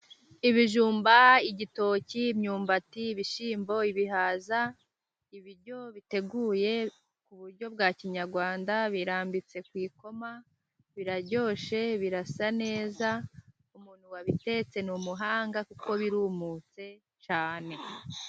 Ibijumba, igitoki, imyumbati, ibishyimbo, ibihaza, ibiryo biteguye ku buryo bwa kinyarwanda. Birambitse ku ikoma, biraryoshye, birasa neza. umuntu wabitetse ni umuhanga kuko birumutse cyane.